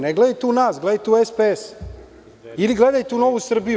Ne gledajte u nas, gledajte u SPS ili gledajte u Novu Srbiju.